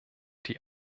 die